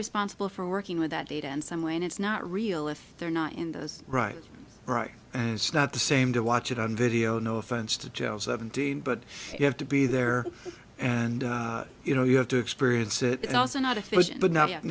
is sponsible for working with that data in some way and it's not real if they're not in those right right and it's not the same to watch it on video no offense to jail seventeen but you have to be there and you know you have to experience it also not